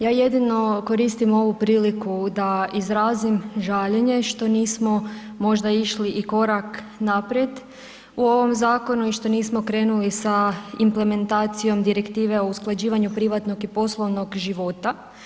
Ja jedino koristim ovu priliku da izrazim žaljenje što nismo možda išli i korak naprijed u ovom zakonu i što nismo krenuli sa implementacijom Direktive o usklađivanju privatnog i poslovnog života.